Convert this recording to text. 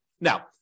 Now